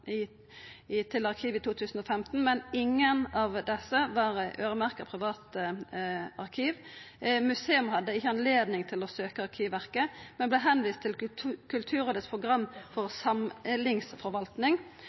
i 2015, men ingen av desse var øyremerkte private arkiv. Museum hadde ikkje høve til å søkja Arkivverket, men vart vist til Kulturrådets program for samlingsforvaltning, og frå Kulturrådets program